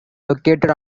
located